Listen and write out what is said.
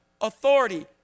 authority